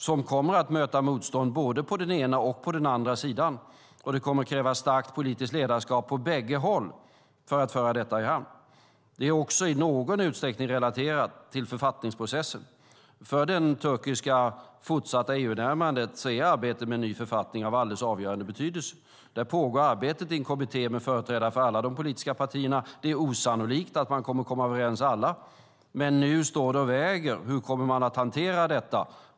De kommer att möta motstånd på båda sidor, och det kommer att krävas starkt politiskt ledarskap på bägge håll för att föra detta i hamn. Det är också i någon utsträckning relaterat till författningsprocessen. För det fortsatta turkiska EU-närmandet är arbetet med ny författning av alldeles avgörande betydelse. Arbetet pågår i en kommitté med företrädare för alla de politiska partierna. Det är osannolikt att man kommer att kunna bli helt eniga, men nu står det och väger hur man kommer att hantera detta.